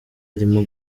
arimo